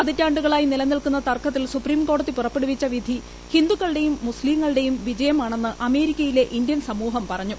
പതിറ്റാ ുകളായി നിലനിൽക്കുന്ന തർക്കത്തിൽ സുപ്രീംകോടതി പുറപ്പെടുവിച്ച വിധി ഹിന്ദുക്കളുടേയും മുസ്തീംങ്ങളുടേയും വിജയമാണെന്ന് അമേരിക്കയിലെ ഇന്ത്യൻ സമൂഹം പറഞ്ഞു